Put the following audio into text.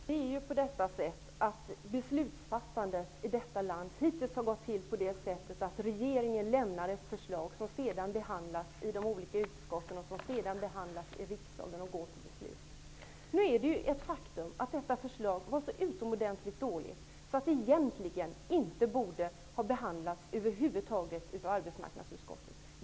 Herr talman! Beslutsfattandet i detta land har hittills gått till så att regeringen lägger ett förslag på riksdagens bord som därefter behandlas i de olika utskotten. Därefter behandlas förslaget av riksdagen för beslut. Nu var detta förslag så utomordentligt dåligt att det egentligen inte borde ha behandlats över huvud taget av arbetsmarknadsutskottet.